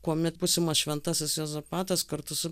kuomet būsimas šventasis juozapatas kartu su